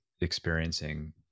experiencing